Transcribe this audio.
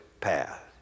path